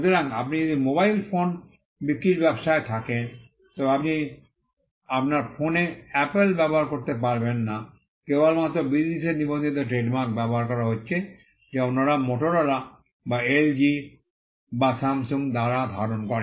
সুতরাং আপনি যদি মোবাইল ফোন বিক্রির ব্যবসায় থাকেন তবে আপনি আপনার ফোনে অ্যাপল ব্যবহার করতে পারবেন না কেবলমাত্র বিধিনিষেধে নিবন্ধিত ট্রেডমার্ক ব্যবহার করা হচ্ছে যা অন্যরা মটোরোলা বা এলজি বা স্যামসুং দ্বারা ধারণ করে